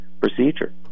procedure